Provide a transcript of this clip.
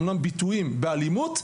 אמנם ביטויים באלימות,